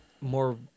more